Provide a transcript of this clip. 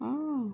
orh